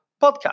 Podcast